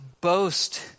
boast